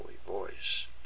voice